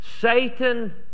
Satan